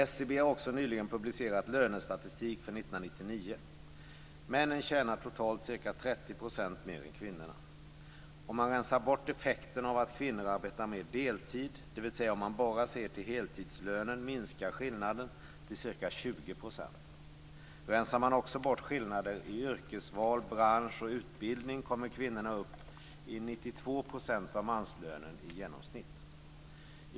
SCB har också nyligen publicerat lönestatistik för 1999. Männen tjänar totalt ca 30 % mer än kvinnorna. Om man rensar bort effekten av att kvinnor arbetar mer deltid, dvs. om man bara ser till heltidslönen, minskar skillnaden till ca 20 %. Rensar man också bort skillnader i yrkesval, bransch och utbildning kommer kvinnorna upp till 92 % av manslönen i genomsnitt.